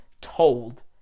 told